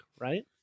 right